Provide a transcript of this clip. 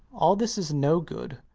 all this is no good.